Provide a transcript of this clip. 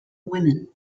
women